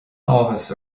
áthas